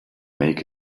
make